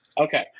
Okay